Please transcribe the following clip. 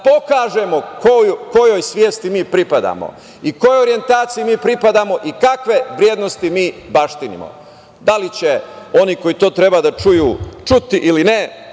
pokažemo kojoj svesti mi pripadamo i kojoj orijentaciji mi pripadamo i kakve vrednosti mi baštinimo. Da li će oni koji to treba da čuju čuti ili ne,